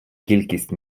кількість